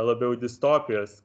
labiau distopijos